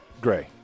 Gray